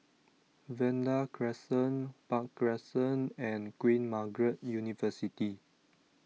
Vanda Crescent Park Crescent and Queen Margaret University